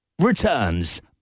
returns